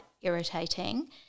irritating